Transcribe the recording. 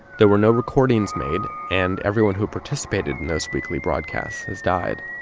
there were no recordings made and everyone who participated in those weekly broadcasts has died.